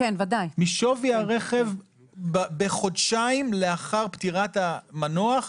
משווי הרכב בחודשיים לאחר פטירת המנוח,